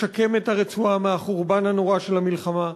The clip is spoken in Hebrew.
לשקם את הרצועה מהחורבן הנורא של המלחמה,